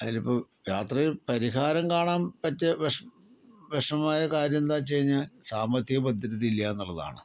അതില് ഇപ്പോൾ യാത്രയിൽ പരിഹാരം കാണാൻ പറ്റിയ വിഷമമായ കാര്യം എന്താ വെച്ചുകഴിഞ്ഞാൽ സാമ്പത്തിക ഭദ്രത ഇല്ല എന്നുള്ളതാണ്